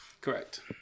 Correct